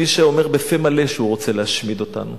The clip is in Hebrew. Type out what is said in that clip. מי שאומר בפה מלא שהוא רוצה להשמיד אותנו.